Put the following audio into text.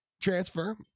transfer